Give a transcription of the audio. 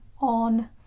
on